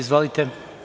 Izvolite.